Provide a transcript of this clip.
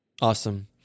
Awesome